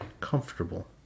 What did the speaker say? comfortable